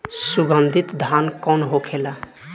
सुगन्धित धान कौन होखेला?